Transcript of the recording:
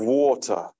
water